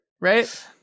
Right